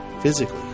physically